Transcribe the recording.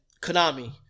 Konami